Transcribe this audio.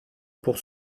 pour